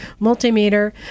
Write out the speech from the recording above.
multimeter